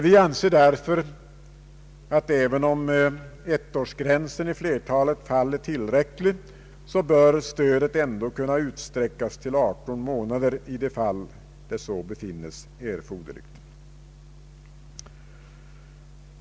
Vi anser därför att även om ettårsgränsen i flertalet fall är tillräcklig så bör stödet ändå kunna utsträckas till arton månader i de fall där så befinns erforderligt.